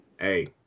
Hey